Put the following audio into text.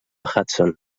hudson